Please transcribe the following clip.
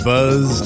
Buzz